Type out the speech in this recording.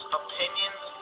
opinions